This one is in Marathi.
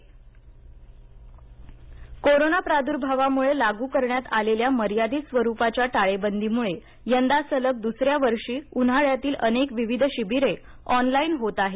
शिबिर कोरोना प्रादृभावामुळं लागू करण्यात आलेल्या मर्यादित स्वरुपाच्या टाळेबंदीमुळं यंदा सलग द्सऱ्या वर्षी उन्हाळ्यातली अनेक विविध शिबिरे ऑनलाईन होत आहेत